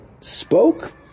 spoke